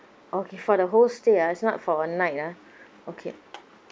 okay for the whole stay ah it's not for one night ah okay